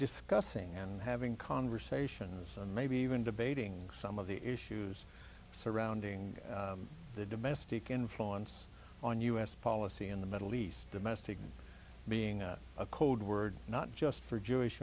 discussing and having conversations and maybe even debating some of the issues surrounding the domestic influence on u s policy in the middle east domestic being a code word not just for jewish